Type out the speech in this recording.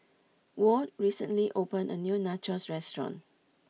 Ward recently opened a new Nachos restaurant